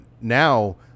now